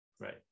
Right